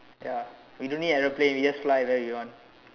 ya we don't need aeroplane we just fly where we want